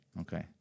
Okay